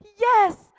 Yes